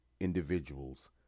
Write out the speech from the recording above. individuals